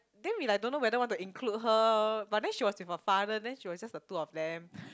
then we like don't know whether want to include her but then she was with her father then she was just the two of them